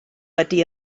wedi